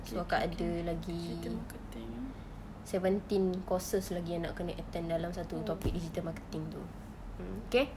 so akak ada lagi seventeen courses lagi yang nak kena attend dalam topic digital marketing itu okay